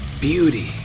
beauty